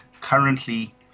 currently